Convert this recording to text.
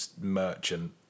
Merchant